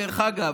דרך אגב,